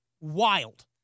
wild